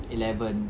eleven